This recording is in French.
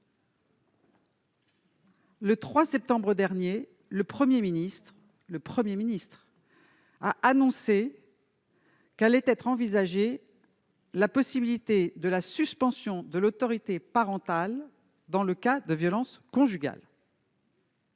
le 3 septembre dernier, le Premier ministre a annoncé qu'allait être envisagée la possibilité de la suspension de l'autorité parentale en cas de violences conjugales.